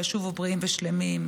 שהלכו בשלום וישובו בריאים ושלמים.